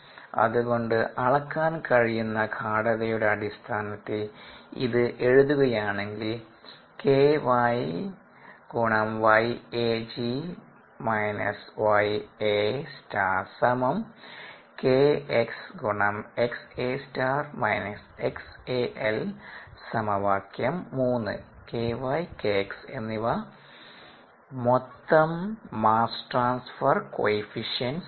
അതുകൊണ്ട് അളക്കാൻ കഴിയുന്ന ഗാഢതയുടെ അടിസ്ഥാനത്തിൽ ഇത് എഴുതുകയാണെങ്കിൽ Ky Kx എന്നിവ മൊത്തം മാസ് ട്രാൻസ്ഫർ കോഎഫിഷ്യന്റ്സ് ആണ്